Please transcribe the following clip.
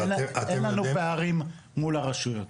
אין לנו פערים אל מול הרשויות.